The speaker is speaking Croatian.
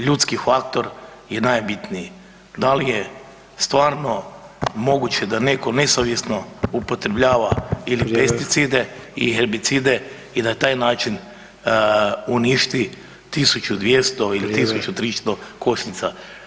Ljudski faktor je najbitniji, da li je stvarno moguće da neko nesavjesno upotrebljava [[Upadica: Vrijeme]] ili pesticide i herbicide i na taj način uništi 1200 ili 1300 [[Upadica: Vrijeme]] košnica.